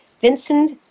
Vincent